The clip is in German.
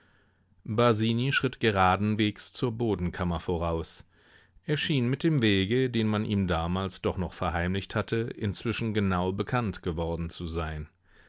basini schritt geradenwegs zur bodenkammer voraus er schien mit dem wege den man ihm damals doch noch verheimlicht hatte inzwischen genau bekannt geworden zu sein